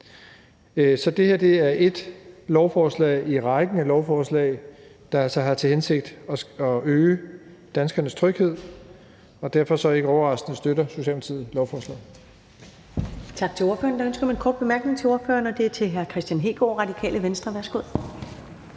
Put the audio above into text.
Så det her er ét lovforslag i rækken af lovforslag, der altså har til hensigt at øge danskernes tryghed. Derfor – ikke overraskende – støtter Socialdemokratiet lovforslaget.